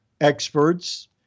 experts